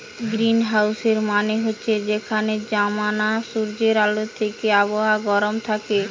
গ্রীনহাউসের মানে হচ্ছে যেখানে জমানা সূর্যের আলো থিকে আবহাওয়া গরম থাকে